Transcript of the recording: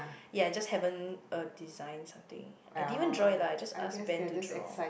ya just haven't uh design something I didn't even draw it lah just ask when to draw